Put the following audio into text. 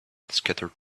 scattered